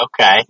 Okay